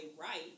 right